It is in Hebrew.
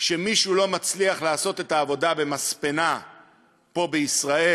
כשמישהו לא מצליח לעשות את העבודה במספנה פה בישראל,